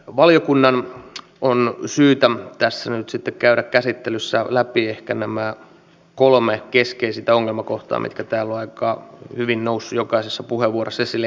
valiokunnan on syytä nyt käydä käsittelyssään läpi nämä kolme ehkä keskeisintä ongelmakohtaa mitkä täällä ovat aika hyvin nousseet jokaisessa puheenvuorossa esille